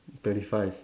thirty five